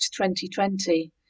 2020